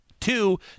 Two